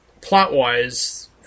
plot-wise